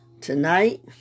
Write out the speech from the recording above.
Tonight